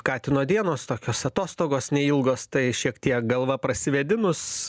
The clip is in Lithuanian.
katino dienos tokios atostogos neilgos tai šiek tiek galva prasivėdinus